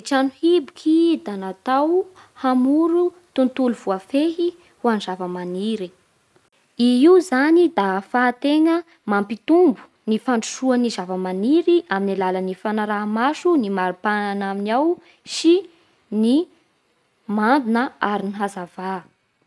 Tranohiboky da natao hamoro tontolo voafehy ho an'ny zava-maniry. I io zany da ahafahantegna mampitombo ny fandrosoan'ny zava-maniry amin'ny alalan'ny fanaraha-masony ny mari-panany aminy ao ny mando na aro ny hazava.